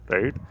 Right